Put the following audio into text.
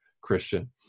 Christian